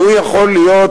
והוא, יכול להיות,